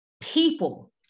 people